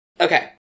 Okay